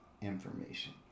information